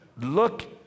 Look